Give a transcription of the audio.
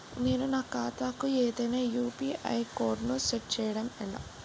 నేను నా ఖాతా కు ఏదైనా యు.పి.ఐ కోడ్ ను సెట్ చేయడం ఎలా?